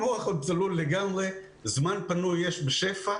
המוח עוד צלול לגמרי, זמן פנוי יש בשפע.